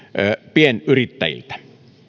pienyrittäjiltä